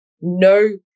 no